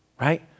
right